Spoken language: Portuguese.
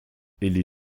ele